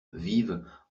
vive